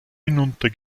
hinunter